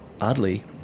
oddly